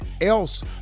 else